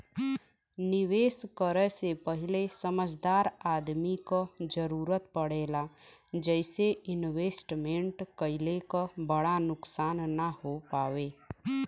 निवेश करे से पहिले समझदार आदमी क जरुरत पड़ेला जइसे इन्वेस्टमेंट कइले क बड़ा नुकसान न हो पावे